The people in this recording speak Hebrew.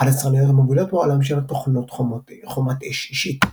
אחת היצרניות המובילות בעולם של תוכנות חומת אש אישית.